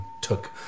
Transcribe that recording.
took